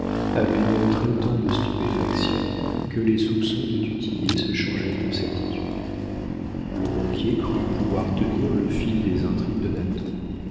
avait montré tant de stupéfaction que les soupçons de du tillet se changèrent en certitude le banquier crut pouvoir tenir le fil des intrigues de